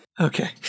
Okay